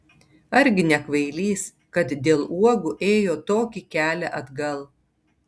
argi ne kvailys kad dėl uogų ėjo tokį kelią atgal